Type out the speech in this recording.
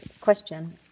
question